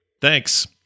Thanks